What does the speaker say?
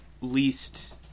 least